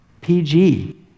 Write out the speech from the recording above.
PG